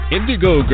Indigo